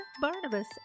Barnabas